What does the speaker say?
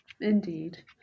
indeed